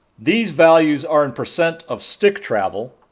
these values are in percent of stick travel,